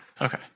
Okay